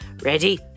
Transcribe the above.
Ready